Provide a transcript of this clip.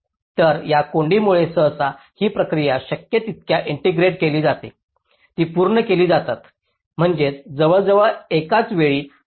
तर या कोंडीमुळे सहसा ही प्रक्रिया शक्य तितक्या इंटिग्रेटेड केली जाते ती पूर्ण केली जातात म्हणजे जवळजवळ एकाच वेळी हाताने काम करणे